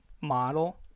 model